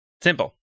Simple